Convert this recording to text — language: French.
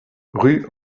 rue